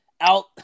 out